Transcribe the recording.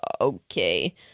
okay